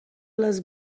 les